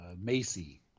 macy